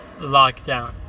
lockdown